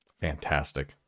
Fantastic